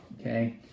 Okay